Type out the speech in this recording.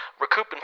recouping